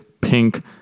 pink